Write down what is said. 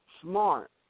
smart